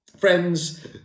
Friends